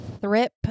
thrip